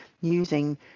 using